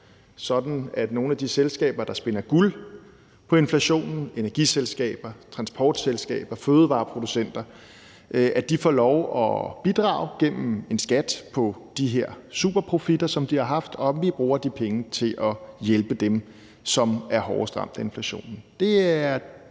sådan at nogle af de selskaber, der spinder guld på inflationen, energiselskaber, transportselskaber, fødevareproducenter, får lov til at bidrage gennem en skat på de her superprofitter, som de har haft, og at vi bruger de penge til at hjælpe dem, som er hårdest ramt af inflationen.